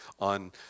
on